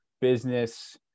business